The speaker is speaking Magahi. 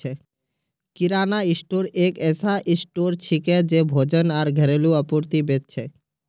किराना स्टोर एक ऐसा स्टोर छिके जे भोजन आर घरेलू आपूर्ति बेच छेक